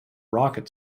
rocket